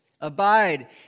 Abide